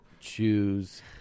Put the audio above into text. choose